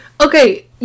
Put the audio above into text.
okay